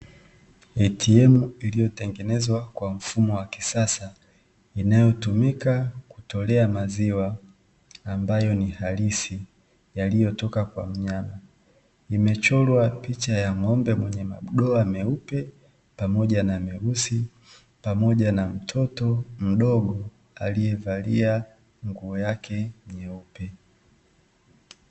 "ATM" iliyotengenezwa kwa mfumo wa kisasa, inayotumika kutolea maziwa ambayop ni halisi yaliyotoka kwa mnyama. Limechorwa picha ya ng'ombe mwenye madoa meupe pamoja na meusi, pamoja na mtoto mdogo aliyevalia nguo yake nyeupe.